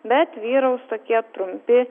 bet vyraus tokie trumpi